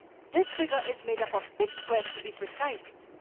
this figure is made up of six squares to be precise.